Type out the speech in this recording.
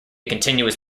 continuous